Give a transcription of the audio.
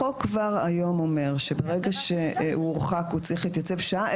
החוק כבר היום אומר שברגע שהוא הורחק הוא צריך להתייצב שעה,